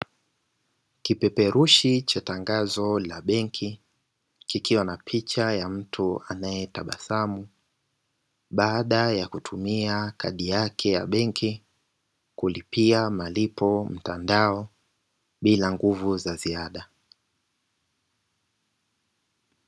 Kipeperushi cha tangazo la benki, kikiwa na picha ya mtu anayetabasamu baada ya kutumia kadi yake ya benki, kulipia malipo mtandao bila ya nguvu za ziada.